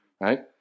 right